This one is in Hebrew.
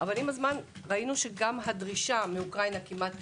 אבל עם הזמן ראינו שגם הדרישה מאוקראינה חדלה כמעט